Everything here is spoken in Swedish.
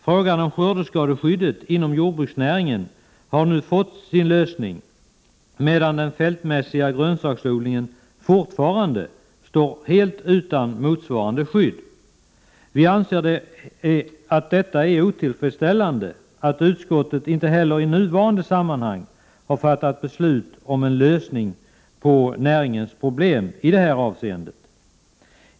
Frågan om skördeskadeskyddet inom jordbruksnäringen har nu fått sin lösning, medan den fältmässiga grönsaksodlingen fortfarande står helt utan motsvarande skydd. Vi anser det otillfredsställande att utskottet inte heller i nuvarande sammanhang har fattat beslut om en lösning på näringens problem i detta avseende.